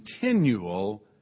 continual